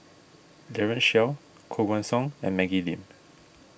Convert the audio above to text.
Daren Shiau Koh Guan Song and Maggie Lim